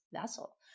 vessel